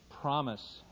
promise